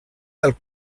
del